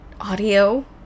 audio